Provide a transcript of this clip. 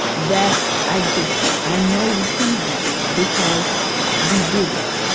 that i just i know we can because we did it.